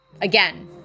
Again